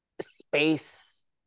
space